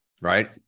right